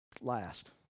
Last